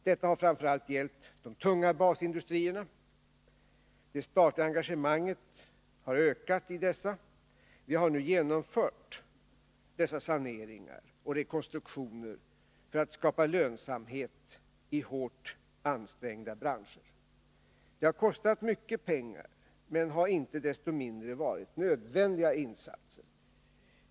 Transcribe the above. Detta har framför allt gällt de tunga basindustrierna. Det statliga engagemanget har ökat i dessa. Vi har nu genomfört dessa saneringar och rekonstruktioner för att skapa lönsamhet i hårt ansträngda branscher. Det har kostat mycket pengar, men det har inte desto mindre varit nödvändiga insatser.